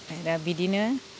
आरो बिदिनो